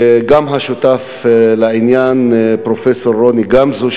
וגם לשותף לעניין פרופסור רוני גמזו,